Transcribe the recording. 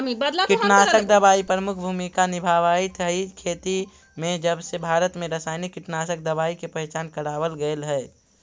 कीटनाशक दवाई प्रमुख भूमिका निभावाईत हई खेती में जबसे भारत में रसायनिक कीटनाशक दवाई के पहचान करावल गयल हे